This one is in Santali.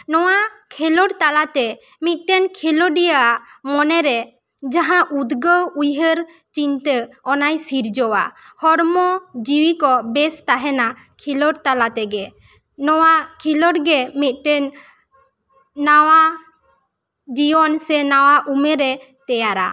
ᱱᱚᱣᱟ ᱠᱷᱮᱞᱚᱰ ᱛᱟᱞᱟ ᱛᱮ ᱢᱤᱫᱴᱮᱱ ᱠᱷᱮᱞᱚᱰᱤᱭᱟᱹᱣᱟᱜ ᱢᱚᱱᱮ ᱨᱮ ᱡᱟᱦᱟᱸ ᱩᱫᱽᱜᱟᱹᱣ ᱩᱭᱦᱟᱹᱨ ᱪᱤᱱᱛᱟ ᱚᱱᱟᱭ ᱥᱤᱨᱡᱟᱹᱣᱟ ᱦᱚᱲᱢᱚ ᱡᱤᱣᱤ ᱠᱚ ᱵᱮᱥ ᱛᱟᱦᱮᱱᱟ ᱠᱷᱮᱞᱚᱰ ᱛᱟᱞᱟ ᱛᱮᱜᱮ ᱱᱚᱣᱟ ᱠᱷᱮᱞᱚᱰ ᱜᱮ ᱢᱤᱫ ᱴᱮᱱ ᱱᱟᱣᱟ ᱡᱤᱭᱚᱱ ᱥᱮ ᱱᱟᱣᱟ ᱩᱢᱮᱨ ᱮ ᱛᱮᱭᱟᱨᱟ